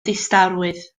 distawrwydd